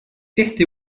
este